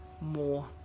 more